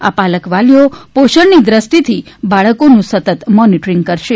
આ પાલક વાલીઓ પોષણની દ્રષ્ટિથી બાળકોનું સતત મોનિટરિંગ કરશે